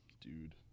Dude